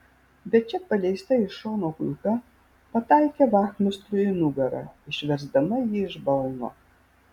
bet čia paleista iš šono kulka pataikė vachmistrui į nugarą išversdama jį iš balno